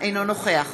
אינו נוכח